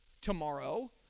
tomorrow